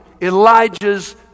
Elijah's